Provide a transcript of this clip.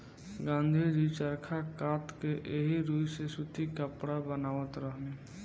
गाँधी जी चरखा कात के एही रुई से सूती कपड़ा बनावत रहनी